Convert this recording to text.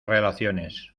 relaciones